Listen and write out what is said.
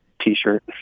T-shirt